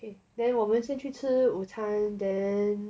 okay then 我们先去吃午餐 then